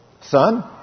Son